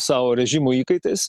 savo režimo įkaitais